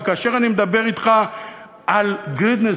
כי כאשר אני מדבר אתך על greediness,